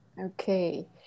Okay